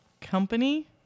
company